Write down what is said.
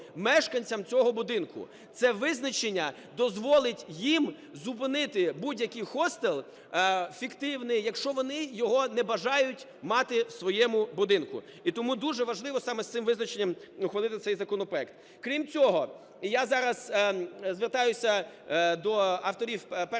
мешканцям цього будинку. Це визначення дозволить їм зупинити будь-який хостел фіктивний, якщо вони його не бажають мати в своєму будинку. І тому дуже важливо саме з цим визначенням ухвалити цей законопроект. Крім цього, я зараз звертаюся до авторів першого